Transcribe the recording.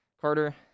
Carter